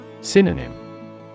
Synonym